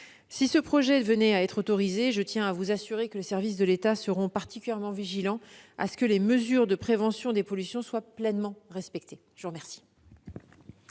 Si ce projet venait à être autorisé, je tiens à vous assurer que les services de l'État seront particulièrement vigilants à ce que les mesures de prévention des pollutions soient pleinement respectées. La parole